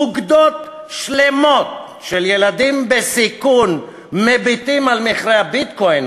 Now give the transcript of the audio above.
אוגדות שלמות של ילדים בסיכון מביטים על מכרה ה"ביטקוין"